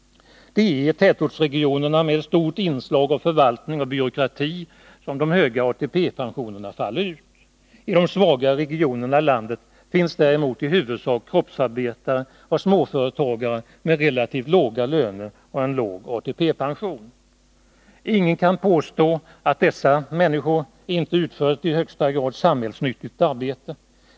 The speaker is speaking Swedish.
Det är i tätortsregionerna med ett stort inslag av förvaltning och byråkrati som de höga ATP-pensionerna faller ut. I de svagare regionerna i landet finns däremot i huvudsak kroppsarbetare och småföretagare med relativt låga löner och låg ATP-pension. Ingen kan påstå att dessa människor inte utför ett i högsta grad samhällsnyttigt arbete.